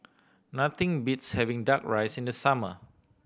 nothing beats having Duck Rice in the summer